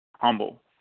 Humble